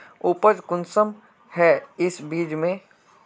उपज कुंसम है इस बीज में?